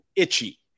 itchy